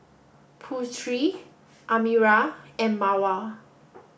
Putri Amirah and Mawar